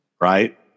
right